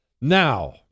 Now